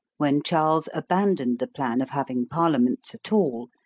when charles abandoned the plan of having parliaments at all,